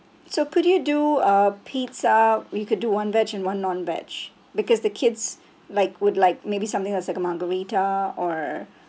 so could you do uh pizza we could do one veg and one non veg because the kids like would like maybe something as like a margherita or